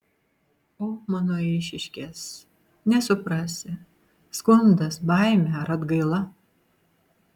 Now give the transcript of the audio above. o mano eišiškės nesuprasi skundas baimė ar atgaila